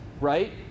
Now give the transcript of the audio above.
right